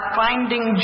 finding